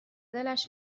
دلش